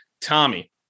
tommy